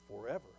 forever